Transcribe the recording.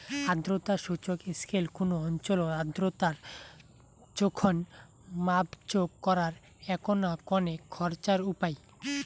আর্দ্রতা সূচক স্কেল কুনো অঞ্চলত আর্দ্রতার জোখন মাপজোক করার এ্যাকনা কণেক খরচার উপাই